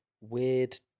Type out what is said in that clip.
weird